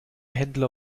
händler